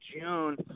June